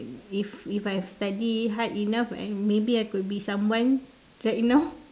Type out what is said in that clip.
if if I've studied hard enough I maybe I could be someone right now